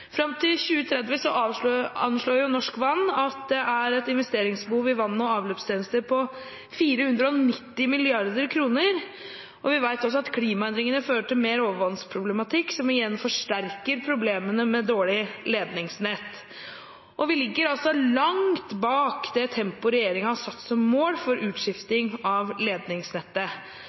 Fram til 2030 anslår Norsk Vann at det er et investeringsbehov i vann- og avløpstjenestene på 490 mrd. kr, og vi vet at klimaendringene fører til større problem med overvann, som igjen forsterker problemene med dårlig ledningsnett. Vi ligger langt bak det tempoet som regjeringen har satt som mål for utskifting av ledningsnettet.